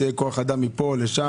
שיאי כוח אדם מפה לשם.